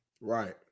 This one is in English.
Right